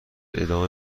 ادامه